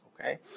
Okay